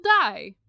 die